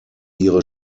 ihre